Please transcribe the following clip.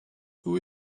who